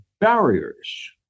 barriers